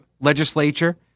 legislature